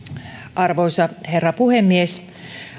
arvoisa herra puhemies